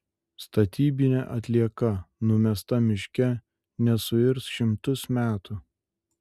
statybinė atlieka numesta miške nesuirs šimtus metų